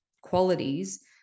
qualities